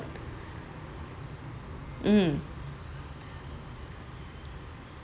mm